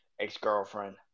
ex-girlfriend